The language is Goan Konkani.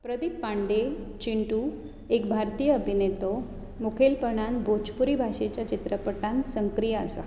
प्रदीप पांडे चिंटू एक भारतीय अभिनेतो मुखेलपणान भोजपुरी भाशेच्या चित्रपटांत सक्रीय आसा